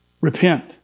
repent